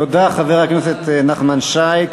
תודה לחבר הכנסת נחמן שי.